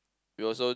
we also